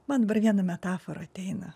man dabar viena metafora ateina